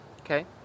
Okay